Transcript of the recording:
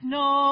no